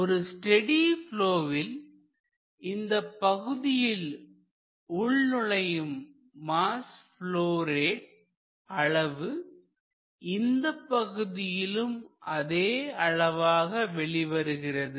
ஒரு ஸ்டெடி ப்லொவில் இந்தப் பகுதியில் உள்நுழையும் மாஸ் ப்லொ ரேட் அளவு இந்தப் பகுதியிலும் அதே அளவாக வெளிவருகிறது